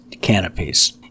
canopies